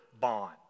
bond